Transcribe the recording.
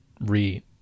re